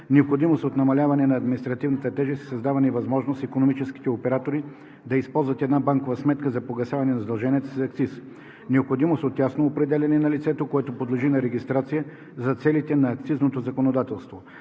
необходимост от намаляване на административната тежест и създаване на възможност икономическите оператори да използват една банкова сметка за погасяване на задълженията си за акциз; необходимост от ясно определяне на лицето, което подлежи на регистрация, за целите на акцизното законодателство;